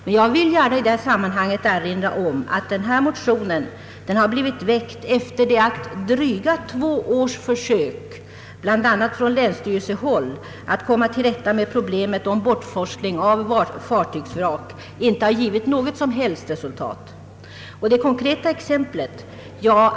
Men jag vill gärna i det här sammanhanget erinra om att denna motion blivit väckt efter det att dryga två års försök — bl.a. från länsstyrelsehåll — att komma till rätta med detta problem om bortforsling av fartygsvrak inte givit något som helst resultat. Ett konkret exempel är följande.